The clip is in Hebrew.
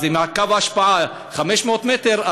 אז אם קו ההשפעה זה 500 מטר,